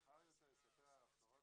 מאוחר יותר יספר הרב סורצקין,